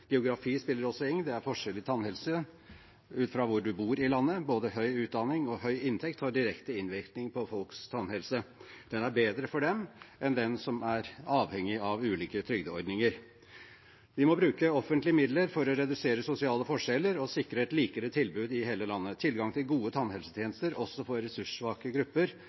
Geografi spiller også inn – det er forskjeller i tannhelse ut fra hvor du bor i landet. Både høy utdanning og høy inntekt har direkte innvirkning på folks tannhelse. Den er bedre for dem enn for dem som er avhengig av ulike trygdeordninger. Vi må bruke offentlige midler for å redusere sosiale forskjeller og sikre et likere tilbud i hele landet. Tilgang til gode tannhelsetjenester også for ressurssvake grupper